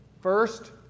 First